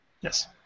Yes